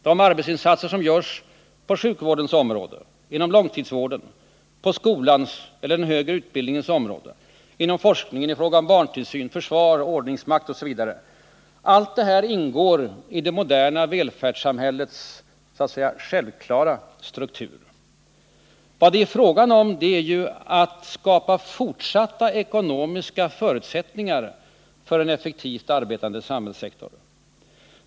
De arbetsinsatser som görs på sjukvårdens område, inom långtidsvården, på skolans eller den högre utbildningens område, inom forskningen, i fråga om barntillsyn, försvar, ordningsmakt osv. ingår i det moderna välfärdssamhällets självklara struktur. Vad det är fråga om är ju att skapa fortsatta ekonomiska förutsättningar för en effektivt arbetande samhällssektor.